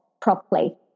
properly